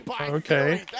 Okay